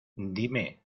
dime